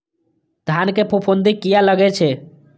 धान में फूफुंदी किया लगे छे?